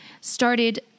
started